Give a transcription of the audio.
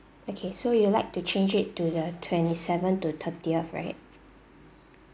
okay so you would like to change it to the twenty seven to thirtieth right